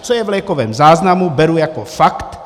Co je v lékovém záznamu, beru jako fakt.